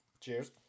Cheers